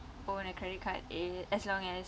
own a credit card eh as long as